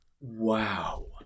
Wow